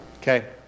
Okay